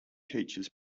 teaches